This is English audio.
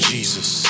Jesus